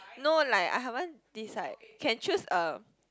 no like I haven't decide can choose a